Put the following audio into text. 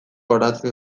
oratzen